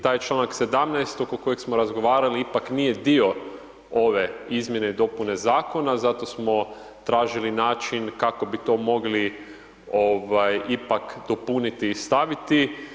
Taj čl. 17. oko kojeg smo razgovarali ipak nije dio ove izmjene i dopune zakona, zato smo tražili način, kako bi to mogli ipak dopuniti i staviti.